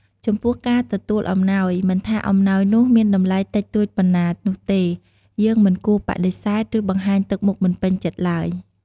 ចំពោះការទទួលអំណោយ មិនថាអំណោយនោះមានតម្លៃតិចតួចប៉ុណ្ណានោះទេ យើងមិនគួរបដិសេធ ឬបង្ហាញទឹកមុខមិនពេញចិត្តឡើយ។